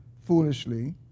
foolishly